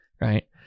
Right